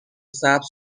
سبز